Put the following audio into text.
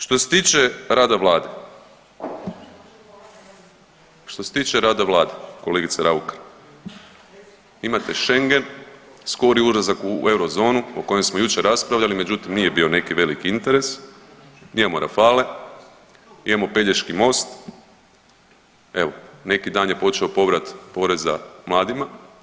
Što se tiče rada vlade, što se tiče rada vlade kolegice Raukar, imate Schengen, skori ulazak u eurozonu o kojem smo jučer raspravljali, međutim nije bio neki veliki interes, mi imamo Rafale, imamo Pelješki most, evo neki dan je počeo povrat poreza mladima.